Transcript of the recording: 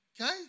Okay